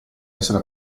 essere